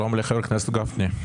שלום לחבר הכנסת גפני.